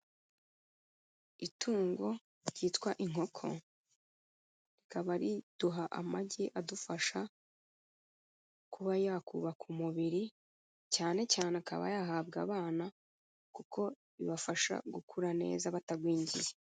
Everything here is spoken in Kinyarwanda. Itungo ryitwa inkoko, rikaba riduha amagi adufasha kuba yakubaka umubiri, cyane cyane akaba yahabwa abana kuko bibafasha gukura neza batagwingiye.